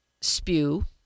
spew